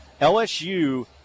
LSU